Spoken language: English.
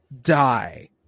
die